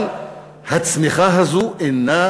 אבל הצמיחה הזאת אינה